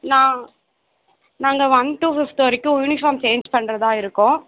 நான் நாங்கள் one two fifth வரைக்கும் யூனிஃபார்ம் சேஞ்ச் பண்ணுறதா இருக்கோம்